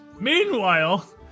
meanwhile